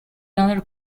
under